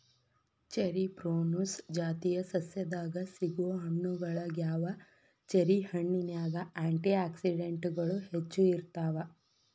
cherry prunus ಜಾತಿಯ ಸಸ್ಯದಾಗ ಸಿಗೋ ಹಣ್ಣುಗಳಗ್ಯಾವ, ಚೆರಿ ಹಣ್ಣಿನ್ಯಾಗ ಆ್ಯಂಟಿ ಆಕ್ಸಿಡೆಂಟ್ಗಳು ಹೆಚ್ಚ ಇರ್ತಾವ